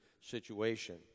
situation